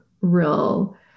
real